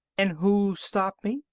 and who stopped me?